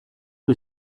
que